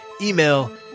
email